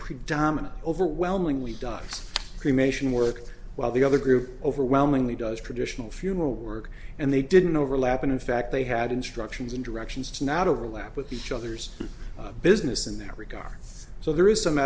predominate overwhelmingly dot's cremation work while the other group overwhelmingly does traditional few more work and they didn't overlap and in fact they had instructions and directions to not overlap with each other's business in that regard so there is some